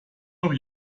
noch